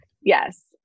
Yes